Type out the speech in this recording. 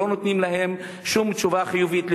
ולא נותנים להם שום תשובה חיובית,